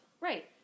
Right